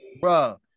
Bro